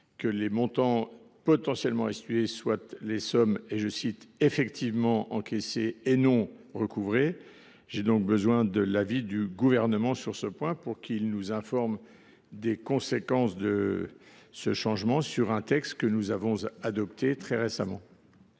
que les montants potentiellement restitués soient les sommes « effectivement encaissées » et non les sommes « recouvrées ». Je sollicite l’avis du Gouvernement sur ce point, pour qu’il nous informe des conséquences d’un tel changement sur un texte que nous avons adopté très récemment.